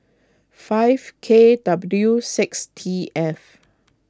five K W six T F